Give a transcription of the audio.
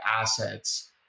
assets